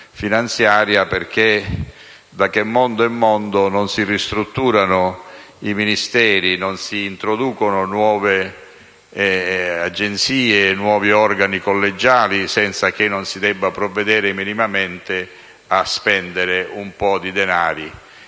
finanziaria, perché, da che mondo è mondo, non si ristrutturano i Ministeri e non si introducono nuove Agenzie e nuovi organi collegiali senza provvedere minimamente a spendere un po' di denari.